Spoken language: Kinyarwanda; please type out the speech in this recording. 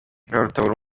rwarutabura